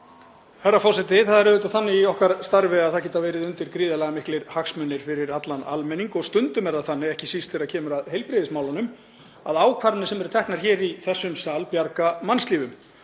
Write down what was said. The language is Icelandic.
Herra forseti. Það er auðvitað þannig í okkar starfi að það geta verið undir gríðarlega miklir hagsmunir fyrir allan almenning og stundum er það þannig, ekki síst þegar kemur að heilbrigðismálunum, að ákvarðanir sem eru teknar hér í þessum sal bjarga mannslífum.